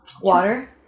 Water